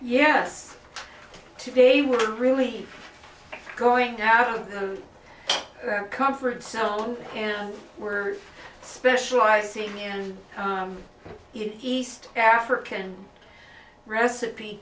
yes today we're really going out of the comfort zone and we're specializing in an east african recipe